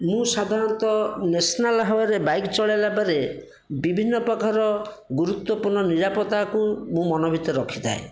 ମୁଁ ସାଧାରଣତଃ ନ୍ୟାସନାଲ୍ ହାଇୱେରେ ବାଇକ୍ ଚଳେଇଲା ବେଳେ ବିଭିନ୍ନ ପ୍ରକାର ଗୁରୁତ୍ଵପୂର୍ଣ୍ଣ ନିରାପତ୍ତାକୁ ମୁଁ ମନ ଭିତରେ ରଖିଥାଏ